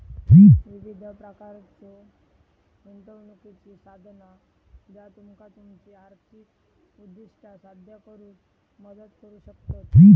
विविध प्रकारच्यो गुंतवणुकीची साधना ज्या तुमका तुमची आर्थिक उद्दिष्टा साध्य करुक मदत करू शकतत